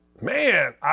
Man